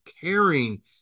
caring